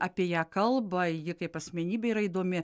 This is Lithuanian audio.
apie ją kalba ji kaip asmenybė yra įdomi